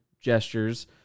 gestures